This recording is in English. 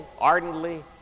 ardently